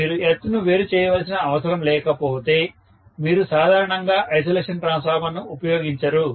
మీరు ఎర్త్ ను వేరు చేయవలసిన అవసరం లేకపోతే మీరు సాధారణంగా ఐసోలేషన్ ట్రాన్స్ఫార్మర్ ను ఉపయోగించరు